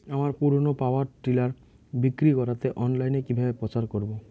আমার পুরনো power tiller বিক্রি করাতে অনলাইনে কিভাবে প্রচার করব?